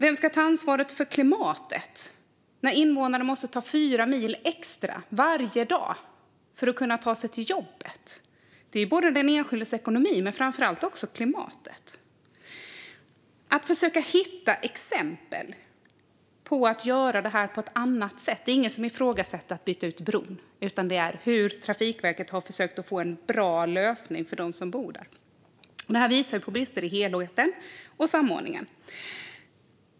Vem ska ta ansvaret för klimatet när invånarna måste ta fyra mil extra varje dag för att kunna ta sig till jobbet? Det handlar om den enskildes ekonomi, men framför allt om klimatet. Det gäller att försöka hitta exempel på att man kan göra saker på ett annat sätt. Det är ingen som ifrågasätter att bron jag nämner i interpellationen ska bytas ut, utan det handlar om hur Trafikverket kan försöka få till en bra lösning för dem som bor i närheten. Det här visar på brister i helheten och samordningen.